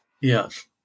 Yes